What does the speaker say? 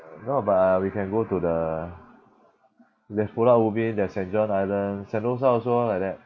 no but we can go to the there's pulau ubin there's saint john island sentosa also like that